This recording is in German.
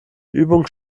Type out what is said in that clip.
übung